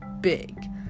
big